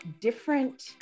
different